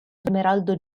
smeraldo